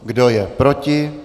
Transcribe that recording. Kdo je proti?